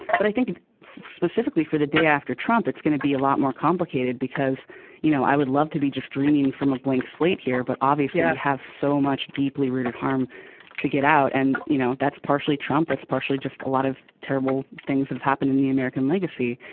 but i think specifically for the day after trump it's going to be a lot more complicated because you know i would love to be just dreaming from a blank slate here. but obviously i have so much deeply rooted harm to get out and you know that's partially trump that's partially just a lot of terrible things have happened in the american legacy.